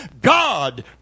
God